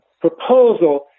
proposal